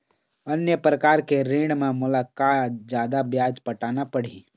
अन्य प्रकार के ऋण म मोला का जादा ब्याज पटाना पड़ही?